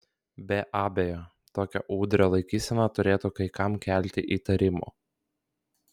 be abejo tokia udrio laikysena turėtų kai kam kelti įtarimų